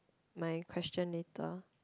my question later